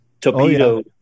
torpedo